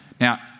Now